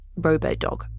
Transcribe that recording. RoboDog